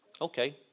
Okay